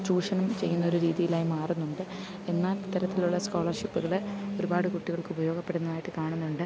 ചൂഷണം ചെയ്യുന്ന ഒരു രീതിയിലായി മാറുന്നുണ്ട് എന്നാൽ ഇത്തരത്തിലുള്ള സ്കോളർഷിപ്പുകൾ ഒരുപാട് കുട്ടികൾക്ക് ഉപയോഗപ്പെടുന്നതായിട്ട് കാണുന്നുണ്ട്